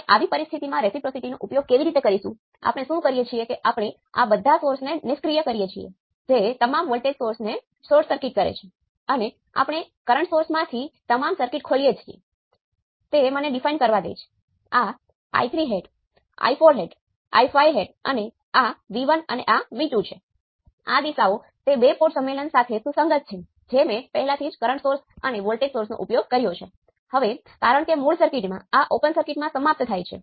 તમે ખરેખર અહીં શું કરો છો કે તમે નોડ માંથી વહેતા વિદ્યુત પ્રવાહ ને જાણતા નથી